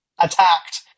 attacked